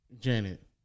Janet